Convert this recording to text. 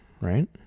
Right